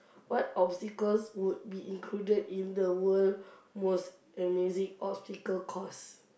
what obstacles would be included in the world most amazing obstacle course